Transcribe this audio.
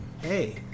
hey